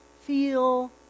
feel